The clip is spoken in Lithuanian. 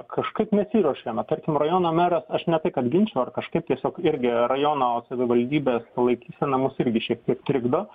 kažkaip nesiruošia tarkim rajono meras aš ne tai kad ginčinu ar kažkaip tiesiog irgi rajono savivaldybės ta laikysena mus irgi šiek tiek trikdo